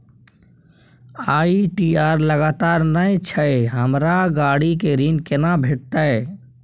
ITR लगातार नय छै हमरा गाड़ी के ऋण केना भेटतै?